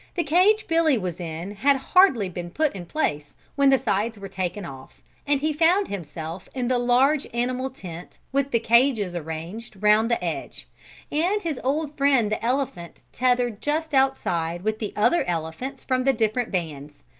the cage billy was in had hardly been put in place when the sides were taken off and he found himself in the large animal tent with the cages arranged round the edge and his old friend the elephant tethered just outside with the other elephants from the different bands,